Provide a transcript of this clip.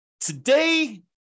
Today